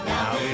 now